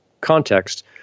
context